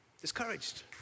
discouraged